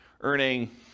earning